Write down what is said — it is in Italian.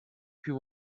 più